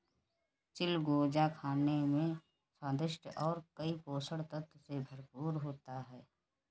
चिलगोजा खाने में स्वादिष्ट और कई पोषक तत्व से भरपूर होता है